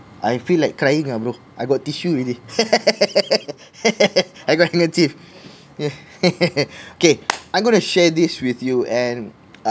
I feel like crying ah bro I got tissue already I got handkerchief yeah okay I'm gonna share this with you and